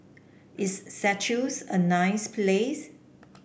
is Seychelles a nice place